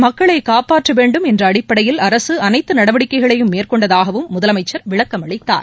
மக்களை காப்பாற்ற வேண்டும் என்ற அடிப்படையில் அரசு அனைத்து நடவடிக்கைகளையும் மேற்கொண்டதாகவும் முதலமைச்சர் விளக்கம் அளித்தார்